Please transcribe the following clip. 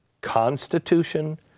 constitution